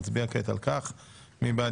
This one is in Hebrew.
מי בעד?